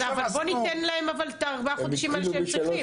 אז בוא ניתן להם את ארבעת החודשים שהם צריכים.